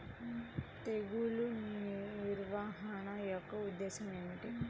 తెగులు నిర్వహణ యొక్క ఉద్దేశం ఏమిటి?